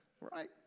right